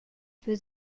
für